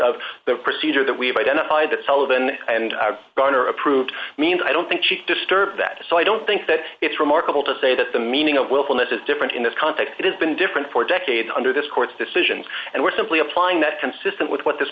of the procedure that we've identified that sullivan and governor approved mean that i don't think she's disturbed that so i don't think that it's remarkable to say that the meaning of willfulness is different in this context it has been different for decades under this court's decisions and we're simply applying that consistent with what this